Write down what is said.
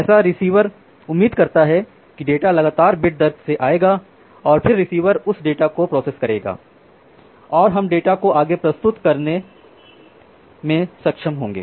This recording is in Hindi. ऐसा रिसीवर उम्मीद करता है कि डेटा लगातार बिट दर से आयेगा और फिर रिसीवर उस डेटा को प्रोसेस करेगा और हम डेटा को आगे प्रस्तुत करने रेंडर में सक्षम होंगे